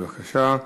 בבקשה.